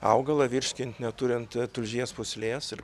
augalą virškint neturint tulžies pūslės ir